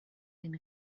den